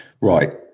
Right